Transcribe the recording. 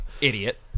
Idiot